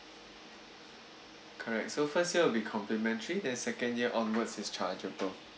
correct so first year will be complimentary then second year onwards is chargeable